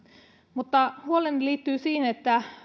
mutta huoleni liittyy siihen että